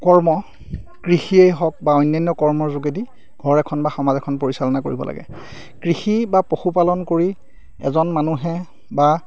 কৰ্ম কৃষিয়েই হওক বা অন্যান্য কৰ্মৰ যোগেদি ঘৰ এখন বা সমাজ এখন পৰিচালনা কৰিব লাগে কৃষি বা পশুপালন কৰি এজন মানুহে বা